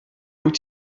wyt